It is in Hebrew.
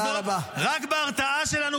אז תבטל את ההסכם.